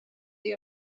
die